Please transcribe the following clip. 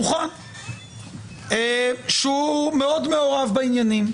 אני טוען שהוא מאוד מעורב בעניינים,